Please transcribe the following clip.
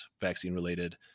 vaccine-related